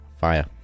fire